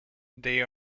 they